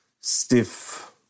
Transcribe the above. stiff